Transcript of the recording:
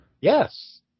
Yes